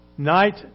Night